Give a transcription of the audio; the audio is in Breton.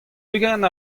ugent